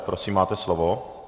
Prosím, máte slovo.